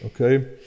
okay